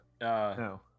no